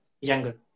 younger